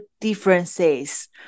differences